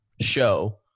show